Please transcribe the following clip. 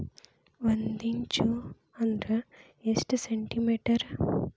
ಒಂದಿಂಚು ಅಂದ್ರ ಎಷ್ಟು ಸೆಂಟಿಮೇಟರ್?